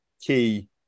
key